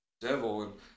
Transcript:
devil